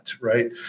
right